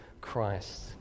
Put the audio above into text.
Christ